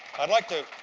i'd like to